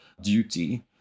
duty